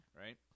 right